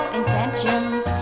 intentions